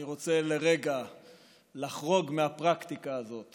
אני רוצה לרגע לחרוג מהפרקטיקה הזאת